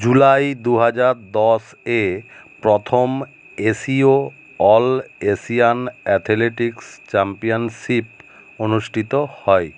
জুলাই দুহাজার দশে প্রথম এশিয় অল এশিয়ান অ্যাথলেটিক্স চাম্পিয়নশিপ অনুষ্ঠিত হয়